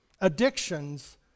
addictions